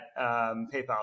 PayPal